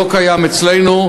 ולא קיים אצלנו,